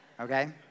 okay